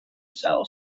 cell